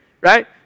right